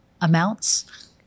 amounts